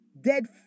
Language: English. dead